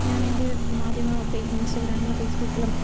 ഞാൻ എൻ്റെ മാധ്യമ ഫേ ഇൻസ്റ്റാഗ്രാമിലും ഫേസ്ബുക്കിലും